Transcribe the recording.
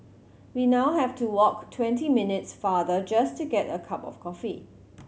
we now have to walk twenty minutes farther just to get a cup of coffee